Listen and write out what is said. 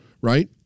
right